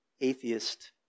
atheist